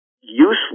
useless